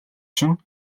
чинь